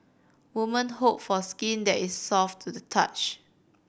women hope for skin that is soft to the touch